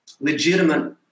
legitimate